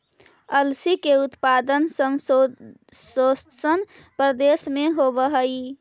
अलसी के उत्पादन समशीतोष्ण प्रदेश में होवऽ हई